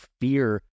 fear